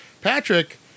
Patrick